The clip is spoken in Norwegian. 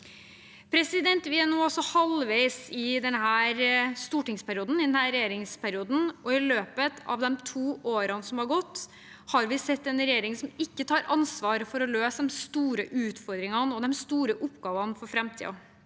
i denne stortingsperioden, i denne regjeringsperioden, og i løpet av de to årene som har gått, har vi sett en regjering som ikke tar ansvar for å løse de store utfordringene og de store oppgavene for framtiden.